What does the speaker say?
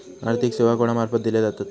आर्थिक सेवा कोणा मार्फत दिले जातत?